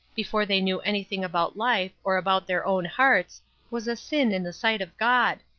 before they knew anything about life or about their own hearts was a sin in the sight of god.